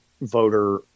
voter